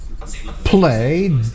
play